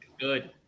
Good